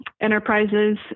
enterprises